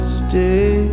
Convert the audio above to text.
stay